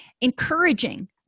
Encouraging